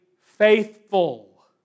faithful